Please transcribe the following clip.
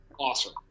awesome